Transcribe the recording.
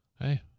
Hey